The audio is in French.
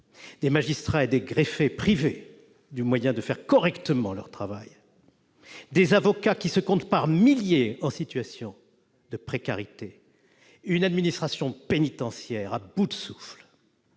des magistrats et des greffiers privés du moyen de faire correctement leur travail ; des avocats qui se comptent par milliers en situation de précarité, une administration pénitentiaire à bout de souffle